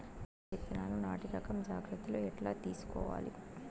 మిరప విత్తనాలు నాటి రకం జాగ్రత్తలు ఎట్లా తీసుకోవాలి?